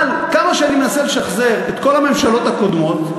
אבל כמה שאני מנסה לשחזר את כל הממשלות הקודמות,